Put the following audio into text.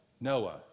Noah